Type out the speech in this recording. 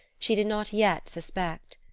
she did not yet suspect.